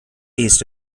east